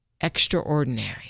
Extraordinary